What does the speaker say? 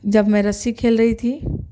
جب میں رسی کھیل رہی تھی